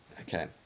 Okay